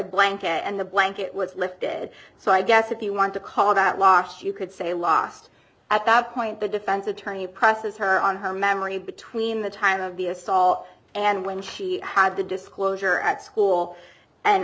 blanket and the blanket was lifted so i guess if you want to call that lost you could say lost at that point the defense attorney process her on her memory between the time of the assault and when she had the disclosure at school and